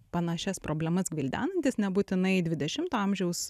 panašias problemas gvildenantys nebūtinai dvidešimto amžiaus